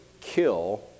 kill